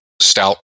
stout